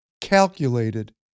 calculated